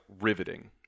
riveting